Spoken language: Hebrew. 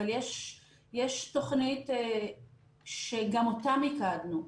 אבל יש תוכנית שגם אותה מיקדנו.